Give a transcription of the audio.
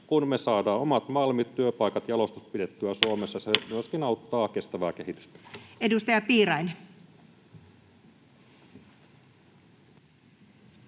Kun me saadaan omat malmit, työpaikat ja jalostus pidettyä Suomessa, se myöskin auttaa kestävää kehitystä. Edustaja Piirainen.